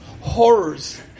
horrors